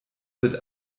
wird